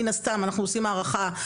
מן הסתם אנחנו עושים הערכה,